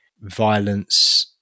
violence